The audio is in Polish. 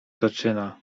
zaczyna